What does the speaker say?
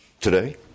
today